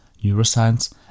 neuroscience